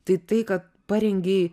tai tai kad parengei